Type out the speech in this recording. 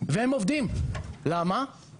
והם עובדים, למה?